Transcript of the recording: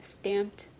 stamped